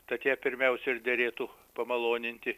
tad ją pirmiausia ir derėtų pamaloninti